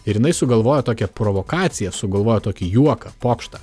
ir jinai sugalvojo tokią provokaciją sugalvojo tokį juoką pokštą